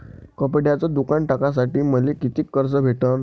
कपड्याचं दुकान टाकासाठी मले कितीक कर्ज भेटन?